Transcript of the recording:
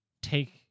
Take